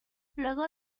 luego